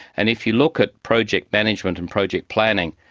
and if you look at project management and project planning,